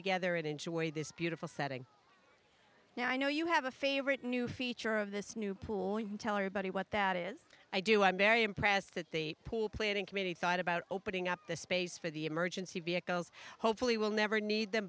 together and enjoy this beautiful setting now i know you have a favorite new feature of this new pool you can tell everybody what that is i do i'm very impressed that the pool planning committee thought about opening up the space for the emergency vehicles hopefully will never need them